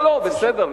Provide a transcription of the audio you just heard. לא, לא, בסדר.